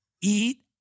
Eat